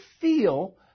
feel